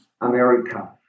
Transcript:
America